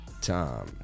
time